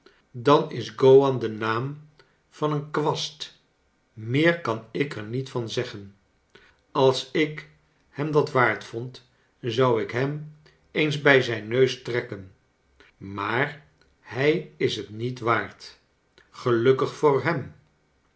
dan is g owan de naam van een kwast meer kan ik er niet van zeggen als ik hem dat waard vond zou ik hem eens bij zijn neus trekken maar hij is het niet waard gelukkig voor hem